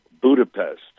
Budapest